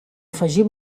afegir